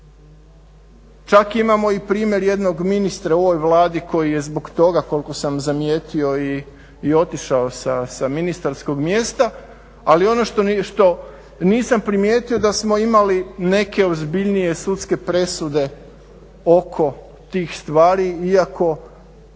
Čak imamo i primjer jednog ministra u ovoj Vladi koji je zbog toga, koliko sam zamijetio i otišao sa ministarskog mjesta. Ali ono što nisam primijetio da smo imali neke ozbiljnije sudske presude oko tih stvari iako